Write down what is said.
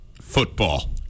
Football